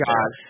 God